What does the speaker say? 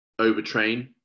overtrain